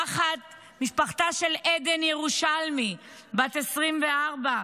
משפחתה של עדן ירושלמי בת ה-24,